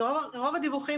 רוב הדיווחים